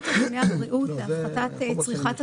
ארגוני הבריאות להפחתת צריכת הסוכר.